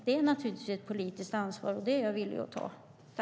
Det är naturligtvis ett politiskt ansvar, och det är jag villig att ta.